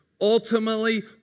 ultimately